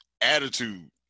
attitude